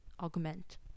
augment